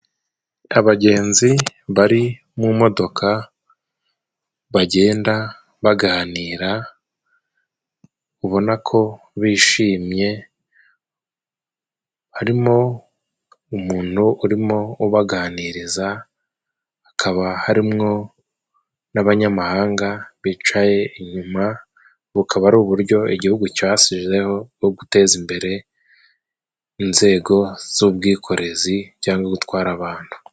Abagenzi bari mu modoka, bagenda baganira，ubona ko bishimye， harimo umuntu urimo ubaganiriza，hakaba harimwo n'abanyamahanga bicaye inyuma，bukaba ari uburyo igihugu cyasizeho bwo guteza imbere inzego z'ubwikorezi cyangwa gutwara abantu.